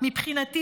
"מבחינתי,